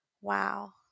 Wow